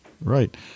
right